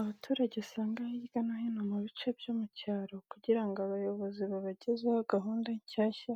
Abaturage usanga hirya no hino mu bice byo mu cyaro, kugira ngo abayobozi babagezeho gahunda nshyashya